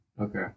Okay